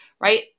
right